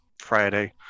Friday